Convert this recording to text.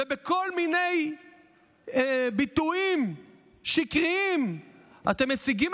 בכל מיני ביטויים שקריים אתם מציגים